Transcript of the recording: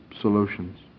solutions